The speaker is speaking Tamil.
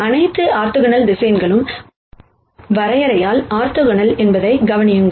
அனைத்து ஆர்த்தோனார்மல் வெக்டர் வரையறையால் ஆர்த்தோகனல் என்பதைக் கவனியுங்கள்